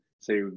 say